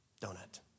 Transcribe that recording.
donut